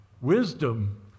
Wisdom